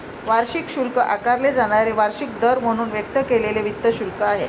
वार्षिक शुल्क आकारले जाणारे वार्षिक दर म्हणून व्यक्त केलेले वित्त शुल्क आहे